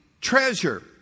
treasure